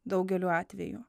daugeliu atvejų